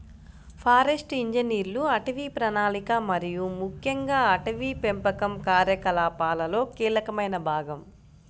forest ఇంజనీర్లు అటవీ ప్రణాళిక మరియు ముఖ్యంగా అటవీ పెంపకం కార్యకలాపాలలో కీలకమైన భాగం